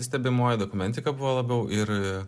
stebimoji dokumentika buvo labiau ir